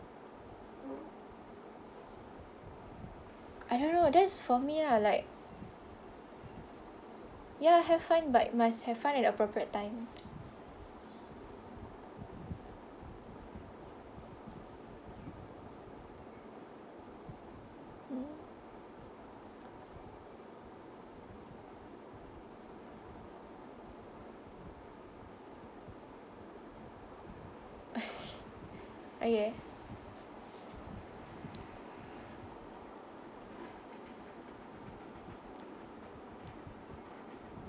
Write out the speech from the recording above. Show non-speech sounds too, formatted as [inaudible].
I don't know that's for me ah like ya have fun but must have fun at appropriate times mm [laughs] okay